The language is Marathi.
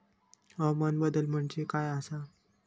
हवामान बदल म्हणजे काय आसा?